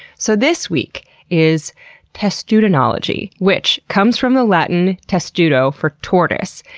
so this week is testudinology, which comes from the latin testudo for tortoise.